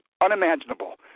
unimaginable